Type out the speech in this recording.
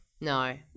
No